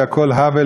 כי הכול הבל,